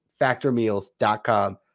factormeals.com